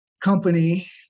company